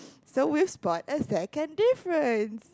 so we spot a second difference